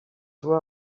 złe